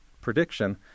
prediction